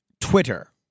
Twitter